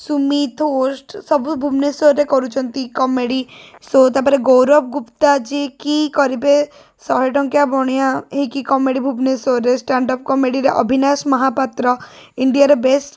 Sumit host ସବୁ ଭୁବନେଶ୍ୱରେ କରୁଛନ୍ତି କମେଡ଼ି ସୋ ତା'ପରେ ଗୌରବ ଗୁପ୍ତା ଯିଏକି କରିବେ ଶହେଟଙ୍କିଆ ବଣିଆ ଏହି କି କମେଡ଼ି ଭୁବନେଶ୍ୱରେ ଷ୍ଟାଣ୍ଡଅପ୍ କମେଡ଼ିରେ ଅବିନାଶ ମହାପାତ୍ର ଇଣ୍ଡିଆରେ ବେଷ୍ଟ୍